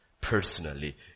personally